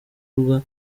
mananiza